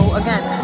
again